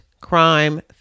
crime